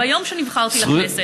ביום שנבחרתי לכנסת.